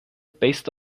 based